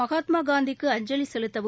மகாத்மா காந்திக்கு அஞ்சலி செலுத்தவும்